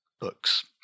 books